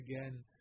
again